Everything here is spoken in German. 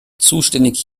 zuständig